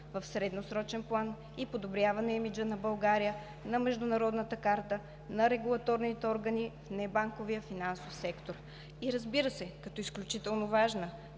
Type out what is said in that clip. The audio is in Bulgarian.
в средносрочен план и подобряване имиджа на България на международната карта на регулаторните органи в небанковия финансов сектор и, разбира се, като изключително важна